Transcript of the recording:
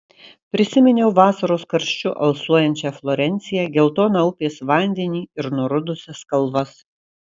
prisiminiau vasaros karščiu alsuojančią florenciją geltoną upės vandenį ir nurudusias kalvas